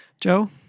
Joe